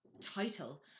title